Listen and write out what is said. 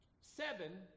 Seven